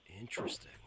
Interesting